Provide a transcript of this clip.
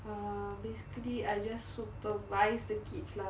err basically I just supervise the kids lah